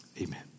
Amen